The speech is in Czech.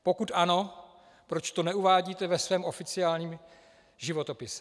Pokud ano, proč to neuvádíte ve svém oficiálním životopise.